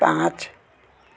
पाँच